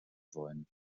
wollen